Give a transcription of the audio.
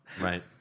Right